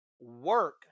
work